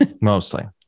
mostly